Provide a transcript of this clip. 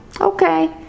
okay